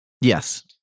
Yes